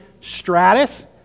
stratus